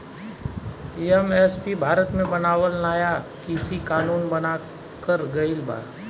MSP Bharat मे बनावल नाया कृषि कानून बनाकर गइल बा